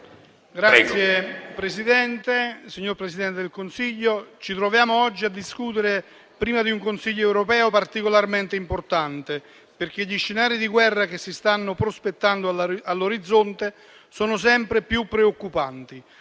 *(FdI)*. Signor Presidente del Consiglio, ci troviamo oggi a discutere in vista di un Consiglio europeo particolarmente importante, perché gli scenari di guerra che si stanno prospettando all'orizzonte sono sempre più preoccupanti,